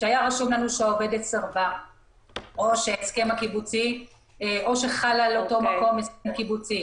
כשהיה רשום לנו שהעובדת סירבה או שחל על אותו מקום הסכם קיבוצי